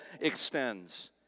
extends